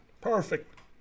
perfect